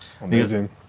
Amazing